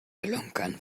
klunkern